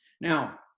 Now